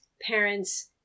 parents